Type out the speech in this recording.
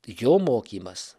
jo mokymas